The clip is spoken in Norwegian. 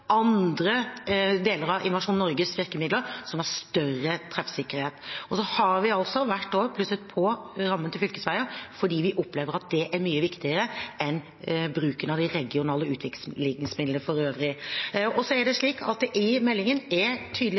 andre deler av Innovasjon Norges virkemidler som har større treffsikkerhet. Og så har vi hvert år plusset på rammen til fylkesveier fordi vi opplever at det er mye viktigere enn bruken av de regionale utviklingsmidlene for øvrig. Så er det i meldingen tydelig